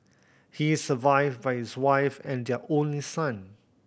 he is survived by his wife and their only son